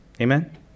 Amen